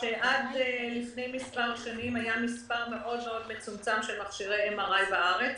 שעד לפני מספר שנים היה מספר מאוד מאוד מצומצם של מכשירי MRI בארץ.